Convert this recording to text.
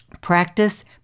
practice